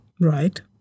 Right